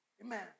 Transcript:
Amen